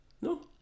No